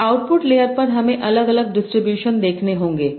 अब output layer पर हमें अलग अलग डिस्ट्रीब्यूशन देखने होंगे